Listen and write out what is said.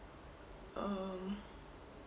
um